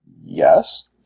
Yes